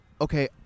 Okay